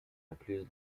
incluse